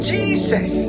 Jesus